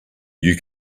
you